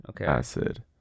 acid